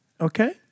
Okay